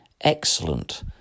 excellent